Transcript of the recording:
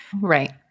right